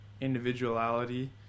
individuality